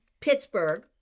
Pittsburgh